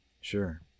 Sure